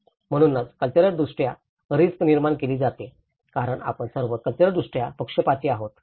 म्हणूनच कल्चरलदृष्ट्या रिस्क निर्माण केली जाते कारण आपण सर्व कल्चरलदृष्ट्या पक्षपाती आहोत